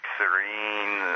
serene